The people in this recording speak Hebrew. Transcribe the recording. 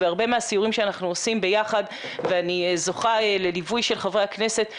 והרבה מהסיורים שאנחנו עושים ביחד ואני זוכה לליווי של חברי כנסת,